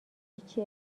هیچی